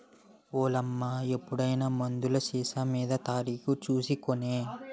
ఓలమ్మా ఎప్పుడైనా మందులు సీసామీద తారీకు సూసి కొనే